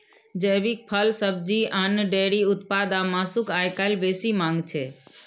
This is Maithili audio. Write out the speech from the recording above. जैविक फल, सब्जी, अन्न, डेयरी उत्पाद आ मासुक आइकाल्हि बेसी मांग छै